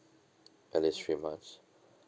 at least three months